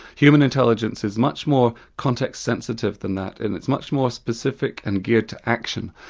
human intelligence is much more context-sensitive than that, and it's much more specific and geared to action.